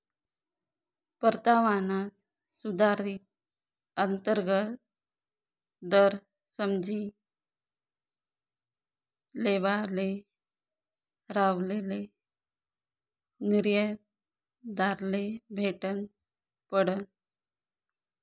परतावाना सुधारित अंतर्गत दर समझी लेवाले राहुलले निर्यातदारले भेटनं पडनं